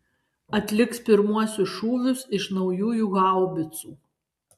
atliks pirmuosius šūvius iš naujųjų haubicų